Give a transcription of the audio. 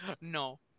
No